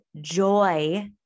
joy